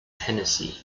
tennessee